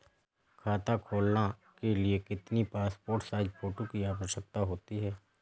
खाता खोलना के लिए कितनी पासपोर्ट साइज फोटो की आवश्यकता होती है?